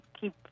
keep